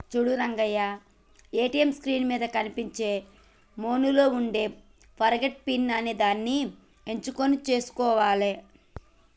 చూడు Rangaiah ATM screen మీద కనిపించే మెనూలో ఉండే ఫర్గాట్ పిన్ అనేదాన్ని ఎంచుకొని సేసుకోవాలి